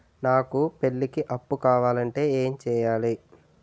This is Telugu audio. నాకు పెళ్లికి అప్పు కావాలంటే ఏం చేయాలి?